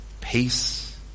peace